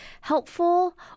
helpful